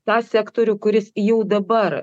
tą sektorių kuris jau dabar